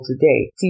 today